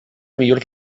millor